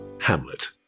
Hamlet